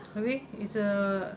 abeh it's a